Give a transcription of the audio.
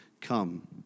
come